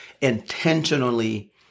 intentionally